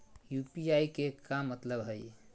UPI के का मतलब हई?